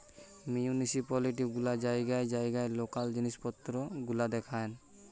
municipality গুলা জায়গায় জায়গায় লোকাল জিনিস পত্র গুলা দেখেন